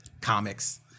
comics